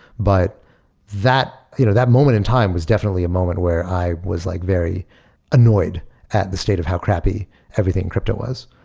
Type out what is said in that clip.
but that you know that moment in time was definitely a moment where i was like very annoyed at the state of how crappy everything crypto was.